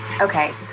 Okay